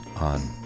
on